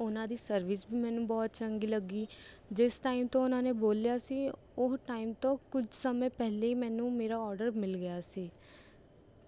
ਉਹਨਾਂ ਦੀ ਸਰਵਿਸ ਵੀ ਮੈਨੂੰ ਬਹੁਤ ਚੰਗੀ ਲੱਗੀ ਜਿਸ ਟਾਈਮ ਤੋਂ ਉਹਨਾਂ ਨੇ ਬੋਲਿਆ ਸੀ ਉਹ ਟਾਈਮ ਤੋਂ ਕੁਝ ਸਮੇਂ ਪਹਿਲਾਂ ਮੈਨੂੰ ਮੇਰਾ ਆਰਡਰ ਮਿਲ ਗਿਆ ਸੀ